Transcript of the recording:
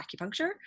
acupuncture